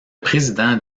président